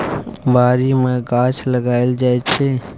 बारी मे गाछ लगाएल जाइ छै